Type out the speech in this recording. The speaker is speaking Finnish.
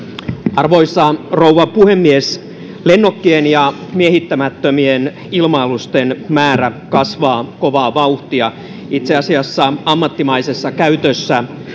arvoisa rouva puhemies lennokkien ja miehittämättömien ilma alusten määrä kasvaa kovaa vauhtia itse asiassa ammattimaisessa käytössä